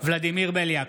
ולדימיר בליאק,